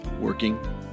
working